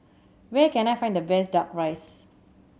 where can I find the best Duck Rice